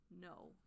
no